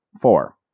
Four